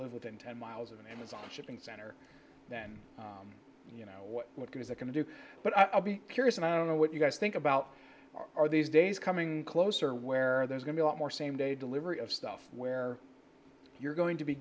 live within ten miles of an amazon shipping center then you know what guys are going to do but i'll be curious and i don't know what you guys think about are these days coming closer where there's going to a lot more same day delivery of stuff where you're going to be